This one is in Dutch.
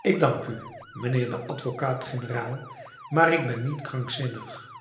ik dank u mijnheer de advocaat-generaal maar ik ben niet krankzinnig